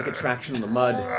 ah traction in the mud.